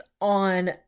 on